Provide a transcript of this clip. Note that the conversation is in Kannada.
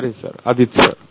ಸರಿ ಸರ್ ಆದೀತು ಸರ್